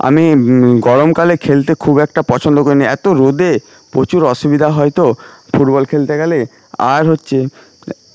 আমি গরমকালে খেলতে খুব একটা পছন্দ করি না এতো রোদে প্রচুর অসুবিধা হয় তো ফুটবল খেলতে গেলে আর হচ্চে